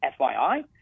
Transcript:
FYI